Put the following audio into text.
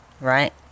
right